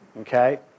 Okay